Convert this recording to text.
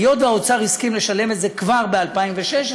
היות שהאוצר הסכים לשלם את זה כבר ב-2016,